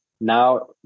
now